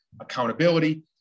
accountability